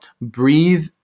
breathe